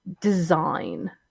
design